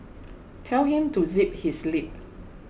tell him to zip his lip